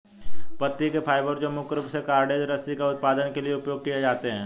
पत्ती के फाइबर जो मुख्य रूप से कॉर्डेज रस्सी का उत्पादन के लिए उपयोग किए जाते हैं